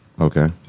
Okay